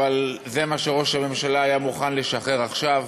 אבל זה מה שראש הממשלה היה מוכן לשחרר עכשיו.